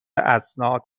اسناد